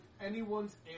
anyone's